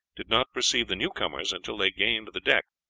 did not perceive the newcomers until they gained the deck,